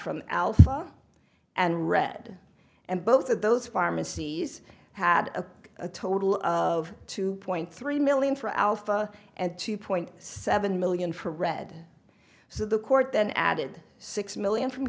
from alpha and red and both of those pharmacies had a total of two point three million for alpha and two point seven million for red so the court then added six million from